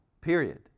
period